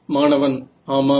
மாணவன் ஆமாம்